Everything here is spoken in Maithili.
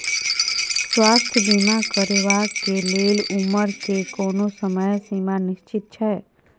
स्वास्थ्य बीमा करेवाक के लेल उमर के कोनो समय सीमा निश्चित छै?